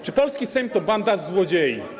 Czy polski Sejm to banda złodziei?